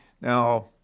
Now